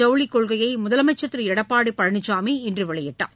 ஜவுளிக் கொள்கையைமுதலமைச்சர் திருளடப்பாடிபழனிசாமி இன்றுவெளியிட்டார்